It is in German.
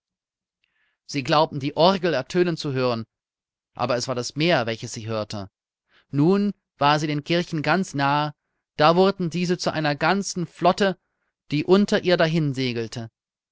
sie glaubte die orgel ertönen zu hören aber es war das meer welches sie hörte nun war sie den kirchen ganz nahe da wurden diese zu einer ganzen flotte die unter ihr